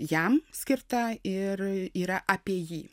jam skirta ir yra apie jį